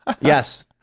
Yes